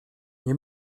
nie